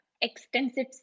extensive